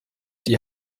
die